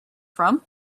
from